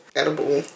edible